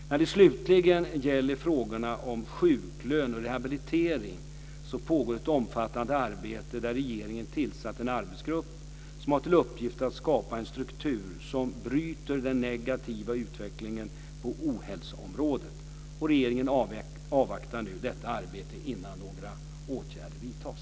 När det slutligen gäller frågorna om sjuklön och rehabilitering pågår ett omfattande arbete där regeringen tillsatt en arbetsgrupp som har till uppgift att skapa en struktur som bryter den negativa utvecklingen på ohälsoområdet. Regeringen avvaktar nu detta arbete innan några åtgärder vidtas.